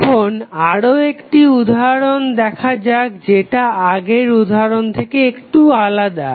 এখন আরও একটি উদাহরণ দেখা যাক যেটা আগের উদাহরণ থেকে একটু আলাদা